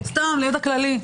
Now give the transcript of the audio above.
סתם לידע כללי.